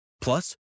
Plus